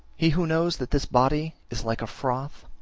he who knows that this body is like froth,